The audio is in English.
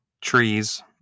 Trees